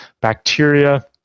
bacteria